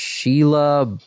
Sheila